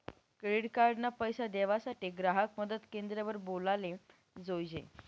credit card ना पैसा देवासाठे ग्राहक मदत क्रेंद्र वर बोलाले जोयजे